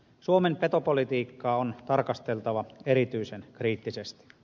suomen petopolitiikkaa on tarkasteltava erityisen kriittisesti